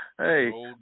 Hey